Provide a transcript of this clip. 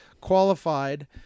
qualified